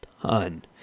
ton